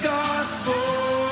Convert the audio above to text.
gospel